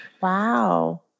Wow